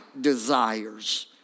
desires